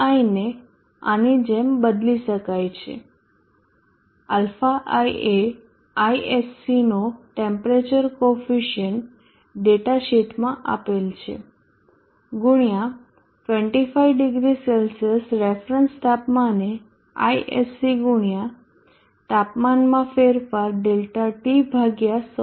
Δi ને આની જેમ બદલી શકાય છે αi એ ISC નો ટેમ્પરેચર કોફિસીયન્ટ ડેટા શીટમાં આપેલ છે ગુણ્યા 250C રેફરન્સ તાપમાને ISC ગુણ્યા તાપમાનમાં ફેરફાર ΔT ભાગ્યા 100